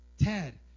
Ted